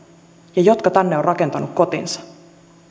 ja jotka tänne ovat rakentaneet kotinsa